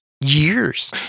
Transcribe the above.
years